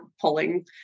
pulling